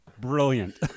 Brilliant